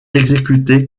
exécutée